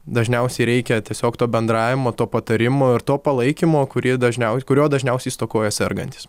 dažniausiai reikia tiesiog to bendravimo to patarimo ir to palaikymo kurį dažniausiai kurio dažniausiai stokoja sergantys